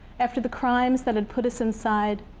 after the crimes that had put us inside,